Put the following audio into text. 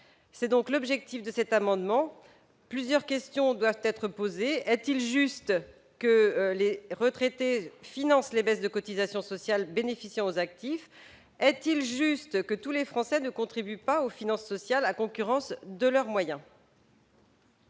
est l'objet de cet amendement. Plusieurs questions méritent d'être posées. Est-il juste que les retraités financent les baisses de cotisations sociales bénéficiant aux actifs ? Est-il juste que tous les Français ne contribuent pas aux finances sociales à concurrence de leurs moyens ?